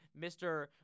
Mr